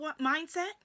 mindset